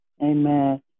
Amen